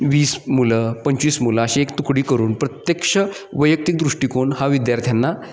वीस मुलं पंचवीस मुलं अशी एक तुकडी करून प्रत्यक्ष वैयक्तिक दृष्टिकोन हा विद्यार्थ्यांना